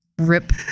Rip